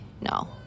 no